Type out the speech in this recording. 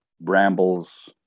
brambles